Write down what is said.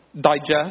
digest